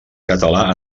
català